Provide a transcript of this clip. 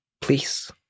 please